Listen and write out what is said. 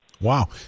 Wow